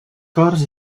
corts